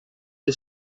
che